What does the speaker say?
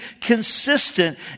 consistent